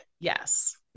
Yes